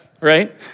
right